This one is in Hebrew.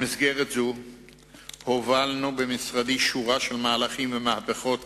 במסגרת זו הובלנו במשרדי שורה של מהלכים ומהפכות